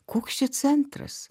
koks čia centras